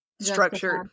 structured